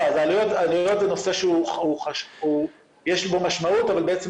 אז העלויות הוא נושא שיש בו משמעות אבל בעצם